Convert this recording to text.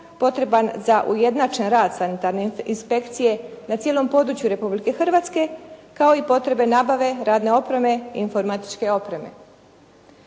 potreban za ujednačen rad sanitarne inspekcije na cijelom području Republike Hrvatske, kao i potrebe nabave, radne opreme, informatičke opreme.